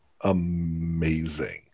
amazing